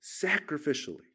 sacrificially